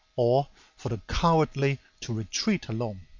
or for the cowardly to retreat alone.